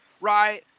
Right